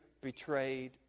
betrayed